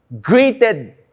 greeted